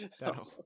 That'll